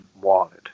wanted